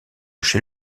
chez